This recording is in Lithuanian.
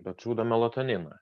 bet žudo melatoniną